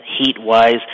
heat-wise